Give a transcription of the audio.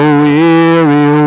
weary